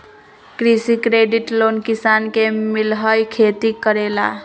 कृषि credit loan किसान के मिलहई खेती करेला?